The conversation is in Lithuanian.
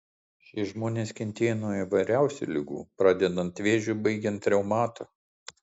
šie žmonės kentėjo nuo įvairiausių ligų pradedant vėžiu baigiant reumatu